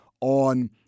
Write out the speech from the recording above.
on